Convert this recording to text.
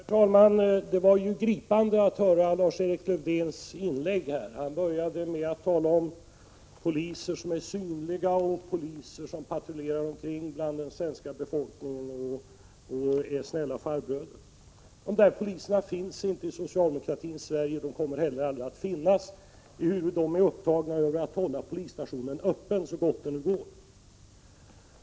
Herr talman! Det var gripande att höra Lars-Erik Lövdéns inlägg. Han började med att tala om synliga poliser, poliser som patrullerar omkring bland befolkningen och är snälla farbröder. Dessa poliser finns inte i socialdemokratins Sverige och de kommer heller aldrig att finnas, eftersom de är upptagna av att hålla polisstationen öppen så gott det nu går.